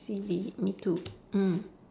silly me too mm